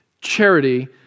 Charity